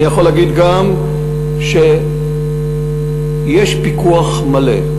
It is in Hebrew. אני יכול להגיד גם שיש פיקוח מלא,